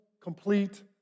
Complete